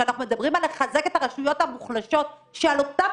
כשאנחנו מדברים על לחזק את הרשויות המוחלשות שעל אותם